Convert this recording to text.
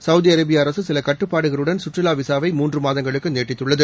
Saudi Arabia அரசு சில கட்டுப்பாடுகளுடன் கற்றுவா விசாவை மூன்று மாதங்களுக்கு நீட்டித்துள்ளது